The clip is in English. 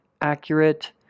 accurate